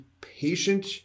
patient